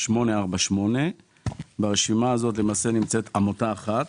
2022-016848. ברשימה הזאת נמצאת עמותה אחת,